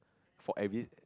for every